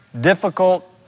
difficult